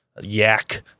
yak